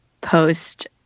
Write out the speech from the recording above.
post